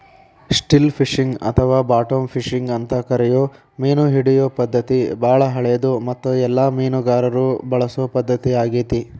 still fishing ಅಥವಾ bottom fishing ಅಂತ ಕರಿಯೋ ಮೇನಹಿಡಿಯೋ ಪದ್ಧತಿ ಬಾಳ ಹಳೆದು ಮತ್ತು ಎಲ್ಲ ಮೇನುಗಾರರು ಬಳಸೊ ಪದ್ಧತಿ ಆಗೇತಿ